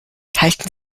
halten